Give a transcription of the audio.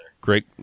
Great